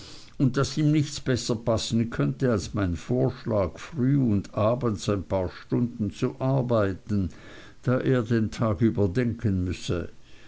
und daß ihm nichts besser passen könnte als mein vorschlag früh und abends ein paar stunden zu arbeiten da er den tag über nachdenken müsse